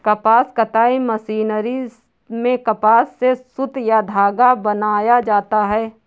कपास कताई मशीनरी में कपास से सुत या धागा बनाया जाता है